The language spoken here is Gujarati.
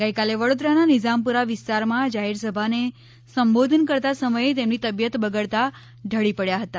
ગઈકાલે વડોદરાના નિઝામપુરા વિસ્તારમાં જાહેર સભાને સંબોધન કરતા સમયે તેમની તબિયત બગડતાં ઢળી પડ્યા હતા